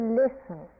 listen